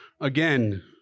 again